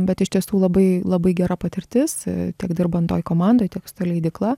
bet iš tiesų labai labai gera patirtis tiek dirbant toj komandoj tiek su ta leidykla